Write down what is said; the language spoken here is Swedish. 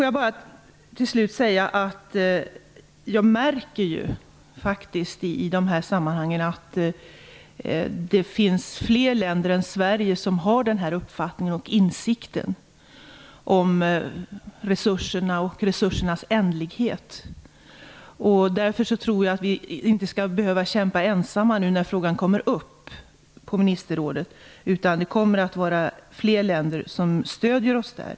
Jag vill slutligen säga att jag i dessa sammanhang märker att det finns fler länder än Sverige som har den här uppfattningen och insikten om resurserna och resursernas ändlighet. Därför tror jag att vi inte skall behöva kämpa ensamma när frågan kommer upp på ministerrådet, utan det kommer att vara fler länder som stödjer oss där.